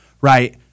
right